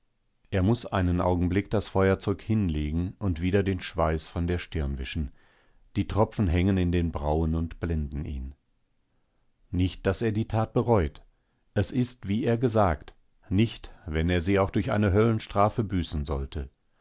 er muß einen augenblick das feuerzeug hinlegen und wieder den schweiß von der stirn wischen die tropfen hängen in den brauen und blenden ihn nicht daß er die tat bereut es ist wie er gesagt nicht wenn er sie auch durch eine höllenstrafe büßen sollte